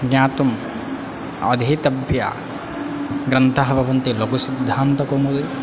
ज्ञातुम् अधितव्यग्रन्थः भवन्ति लघुसिद्धान्तकौमुदी